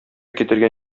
китергән